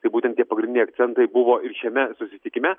tai būtent tie pagrindiniai akcentai buvo ir šiame susitikime